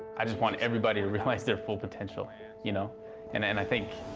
i just want everybody to realize their full potential you know and and i think